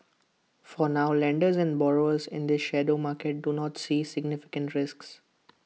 for now lenders and borrowers in this shadow market do not see significant risks